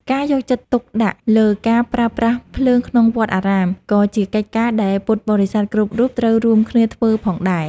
ការយកចិត្តទុកដាក់លើការប្រើប្រាស់ភ្លើងក្នុងវត្តអារាមក៏ជាកិច្ចការដែលពុទ្ធបរិស័ទគ្រប់រូបត្រូវរួមគ្នាធ្វើផងដែរ។